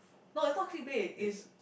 no is not click bait is